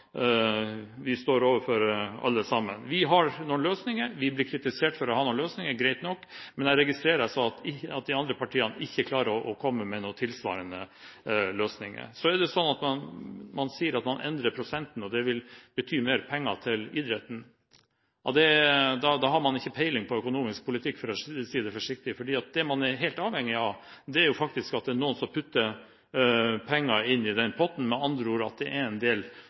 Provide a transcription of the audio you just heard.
vi står overfor alle sammen. Vi har noen løsninger – vi blir kritisert for å ha noen løsninger, greit nok – men jeg registrerer at de andre partiene ikke klarer å komme med noen tilsvarende løsninger. Man sier at man endrer prosenten, og at det vil bety mer penger til idretten. Da har man ikke peiling på økonomisk politikk, for å si det forsiktig, fordi det man er helt avhengig av, er at det faktisk er noen som putter penger inn i den potten – med andre ord at det er en del